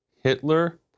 Hitler